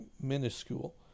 minuscule